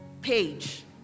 page